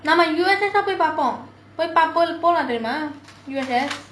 நாம:naama U_S_S தான் பார்ப்போம் போய் பார்ப்போம் போலாம் தெரியுமா:thaan paarppom poi paarppom polaam theriyumaa U_S_S